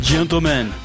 Gentlemen